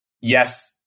yes